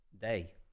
day